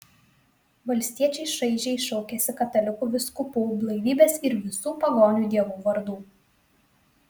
valstiečiai šaižiai šaukiasi katalikų vyskupų blaivybės ir visų pagonių dievų vardų